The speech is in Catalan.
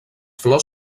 flors